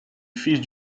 fils